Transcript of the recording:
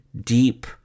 deep